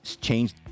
changed